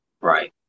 right